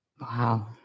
Wow